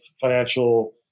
financial